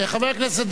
חבר הכנסת דבאח,